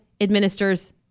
administers